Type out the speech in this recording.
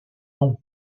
nom